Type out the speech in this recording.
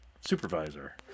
supervisor